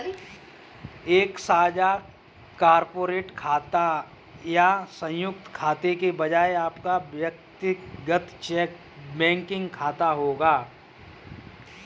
एक साझा कॉर्पोरेट खाते या संयुक्त खाते के बजाय आपका व्यक्तिगत बैंकिंग खाता होगा